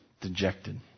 dejected